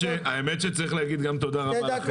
האמת שצריך להגיד גם תודה רבה לכם.